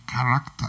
character